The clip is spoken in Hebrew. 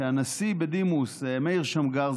שהנשיא בדימוס מאיר שמגר,